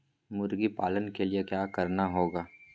मुर्गी पालन के लिए क्या करना होगा?